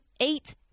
eight